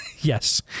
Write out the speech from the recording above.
Yes